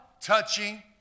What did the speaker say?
touching